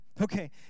Okay